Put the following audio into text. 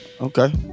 Okay